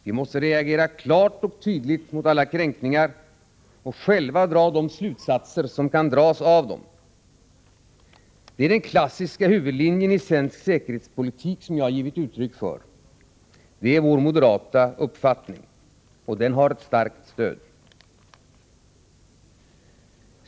Vi måste reagera klart och tydligt mot alla kränkningar och själva dra de slutsatser som kan dras av dem. Det är den klassiska huvudlinjen i svensk säkerhetspolitik som jag har givit uttryck för. Det är vår moderata uppfattning, och den har ett starkt stöd.